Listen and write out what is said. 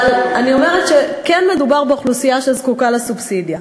אבל אני אומרת שכן מדובר באוכלוסייה שזקוקה לסובסידיה.